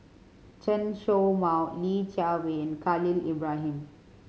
Chen Show Mao Li Jiawei and Khalil Ibrahim